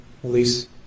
police